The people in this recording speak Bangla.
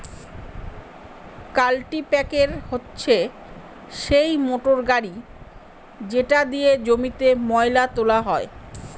কাল্টিপ্যাকের হচ্ছে সেই মোটর গাড়ি যেটা দিয়ে জমিতে ময়লা তোলা হয়